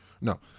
no